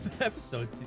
episode